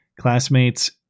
Classmates